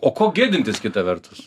o ko gėdintis kita vertus